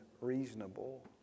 reasonable